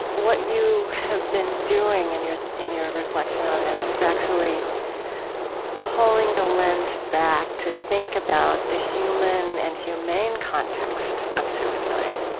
what you have been doing and in your reflection on this is actually pulling the lens back to think about the human and humane context of suicide,